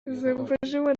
zauważyła